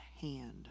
hand